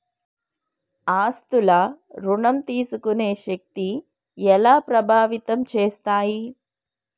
ఆస్తుల ఋణం తీసుకునే శక్తి ఎలా ప్రభావితం చేస్తాయి?